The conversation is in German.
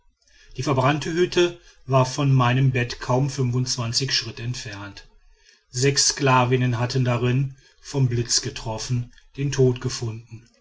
die verbrannte hütte war von meinem bett kaum schritt entfernt sechs sklavinnen hatten darin vom blitz getroffen den tod gefunden